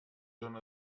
zona